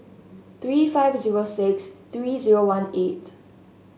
three five zero six three zero one eight